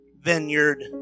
vineyard